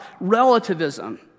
Relativism